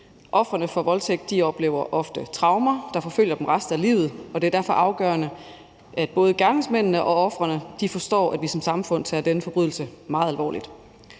Ofrene for voldtægt oplever ofte traumer, der forfølger dem resten af livet, og det er derfor afgørende, at både gerningsmændene og ofrene forstår, at vi som samfund tager denne forbrydelse meget alvorligt.